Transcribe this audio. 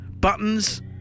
buttons